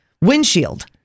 windshield